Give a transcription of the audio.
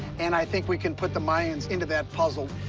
and i think we can put the mayans into that puzzle,